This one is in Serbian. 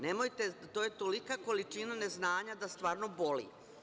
Nemojte, to je tolika količina neznanja da stvarno boli.